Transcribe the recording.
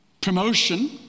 Promotion